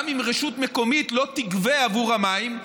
גם אם רשות מקומית לא תגבה עבור המים,